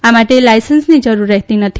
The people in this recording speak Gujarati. આ માટે લાયસન્સની જરૂર રહેતી નથી